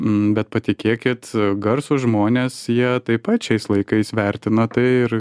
bet patikėkit garsūs žmonės jie taip pat šiais laikais vertina tai